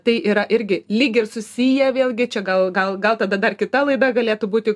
tai yra irgi lyg ir susiję vėlgi čia gal gal gal tada dar kita laida galėtų būti